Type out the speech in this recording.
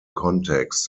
context